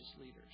leaders